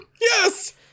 yes